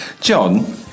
John